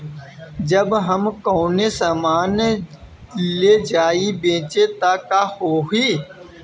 जब हम कौनो सामान ले जाई बेचे त का होही?